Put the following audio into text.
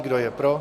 Kdo je pro?